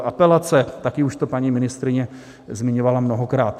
Apelace, také už to paní ministryně zmiňovala mnohokrát.